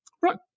Right